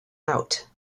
out